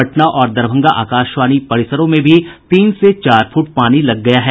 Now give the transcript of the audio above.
पटना और दरभंगा आकाशवाणी परिसरों में भी तीन चार से चार फुट पानी लग गया है